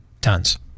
Tons